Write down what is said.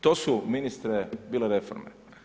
To su ministre bile reforme.